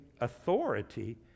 authority